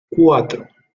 cuatro